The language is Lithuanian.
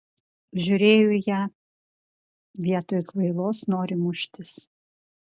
žiūrėjau į ją vietoj kvailos nori muštis